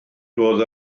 doedd